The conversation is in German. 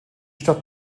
stadt